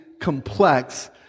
complex